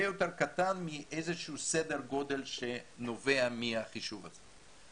יותר קטן מאיזה שהוא סדר גודל שנובע מהחישוב הזה.